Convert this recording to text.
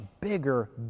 bigger